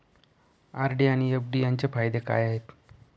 RD आणि FD यांचे फायदे काय आहेत?